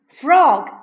Frog